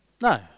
No